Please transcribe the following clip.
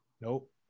Nope